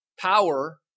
Power